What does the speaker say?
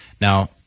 Now